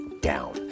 down